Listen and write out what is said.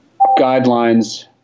guidelines